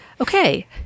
okay